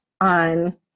on